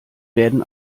werden